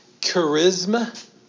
charisma